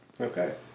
Okay